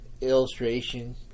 illustration